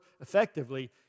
effectively